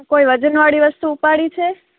કોઈ વજનવાળી વસ્તુ ઉપાડી છે